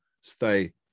stay